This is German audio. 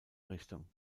richtung